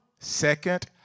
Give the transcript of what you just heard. second